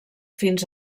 fins